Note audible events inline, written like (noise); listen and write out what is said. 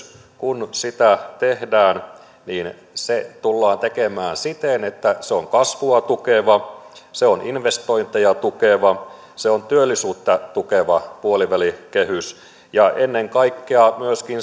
(unintelligible) kun sitä puolivälikehystä tehdään niin se tullaan tekemään siten että se on kasvua tukeva se on investointeja tukeva se on työllisyyttä tukeva puolivälikehys ja ennen kaikkea myöskin (unintelligible)